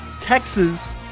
Texas